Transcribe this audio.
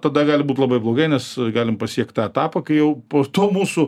tada gali būti labai blogai nes galim pasiekt tą etapą kai jau po to mūsų